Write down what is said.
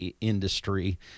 industry